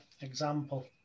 example